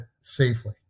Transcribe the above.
safely